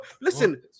Listen